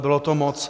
Bylo to moc.